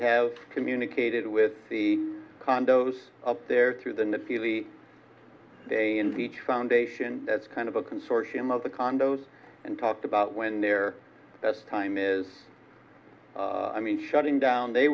have communicated with the condos there through the feelie foundation that's kind of a consortium of the condos and talked about when their best time is i mean shutting down they